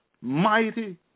mighty